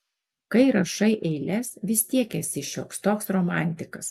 kai rašai eiles vis tiek esi šioks toks romantikas